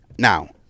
Now